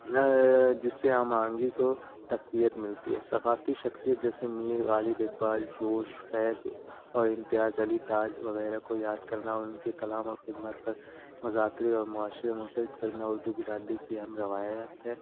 جس سے ہم آہنگی کو تقویت ملتی ہے ثقافتی شخصیت جیسے میر غالب اقبال جوش فیض اور امتیاز علی تاج وغیرہ کو یاد کرنا اور ان کے کلام اور خدمات پر مذاکرے اور معاشرے منعقد کرنا اردو برادی کی اہم روایات ہے